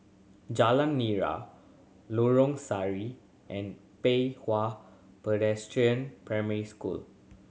Jalan Nira Lorong Sari and Pei Hwa Presbyterian Primary School